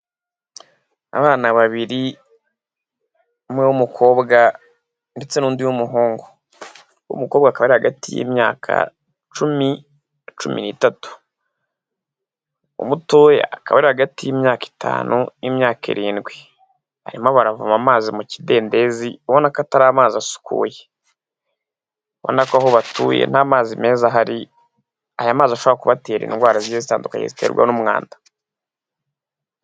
Abana babiri umwe w'umukobwa ndetse n'undi muhungu, uw'umukobwa akaba ari hagati y'imyaka cumi na cumi n'itatu, umutoya akaba ari hagati y'imyaka itanu n'imyaka irindwi, barimo baravoma amazi mu kidendezi ubona ko atari amazi asukuye ubona ko aho batuye nta mazi meza ahari, aya mazi ashobora kubatera indwara zigiye zitandukanye ziterwa n'umwanda.